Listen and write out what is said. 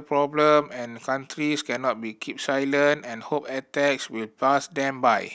problem and countries cannot be keep silent and hope attacks will pass them by